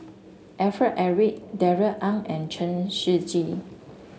Alfred Eric Darrell Ang and Chen Shiji